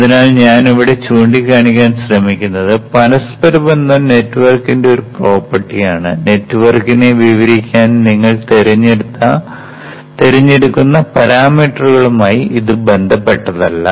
അതിനാൽ ഞാൻ ഇവിടെ ചൂണ്ടിക്കാണിക്കാൻ ശ്രമിക്കുന്നത് പരസ്പരബന്ധം നെറ്റ്വർക്കിന്റെ ഒരു പ്രോപ്പർട്ടി ആണ് നെറ്റ്വർക്കിനെ വിവരിക്കാൻ നിങ്ങൾ തിരഞ്ഞെടുക്കുന്ന പരാമീറ്ററുകളുമായി ഇത് ബന്ധപ്പെട്ടതല്ല